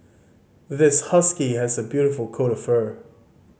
this husky has a beautiful coat of fur